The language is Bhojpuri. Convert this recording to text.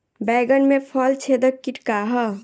बैंगन में फल छेदक किट का ह?